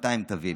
200 תווים,